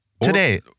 Today